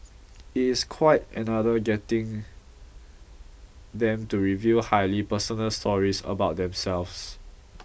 it is quite another getting them to reveal highly personal stories about themselves